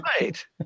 right